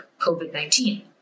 COVID-19